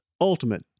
ultimate